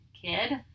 kid